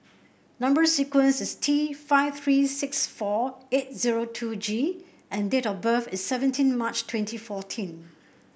number sequence is T five three six four eight zero two G and date of birth is seventeen March twenty fourteen